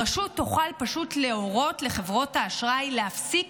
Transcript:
הרשות תוכל פשוט להורות לחברות האשראי להפסיק